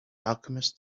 alchemist